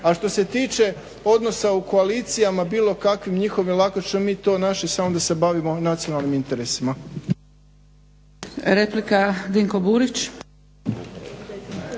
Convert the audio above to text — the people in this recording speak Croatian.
A što se tiče odnosa u koalicijama bilo kakvim njihovim lako ćemo mi to naši samo da se bavimo nacionalnim interesima.